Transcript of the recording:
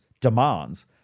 demands